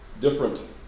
different